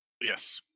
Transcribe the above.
Yes